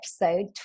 episode